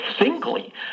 singly